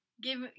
give